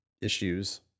issues